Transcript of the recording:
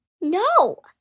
No